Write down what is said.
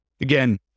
Again